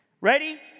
Ready